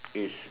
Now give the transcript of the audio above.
is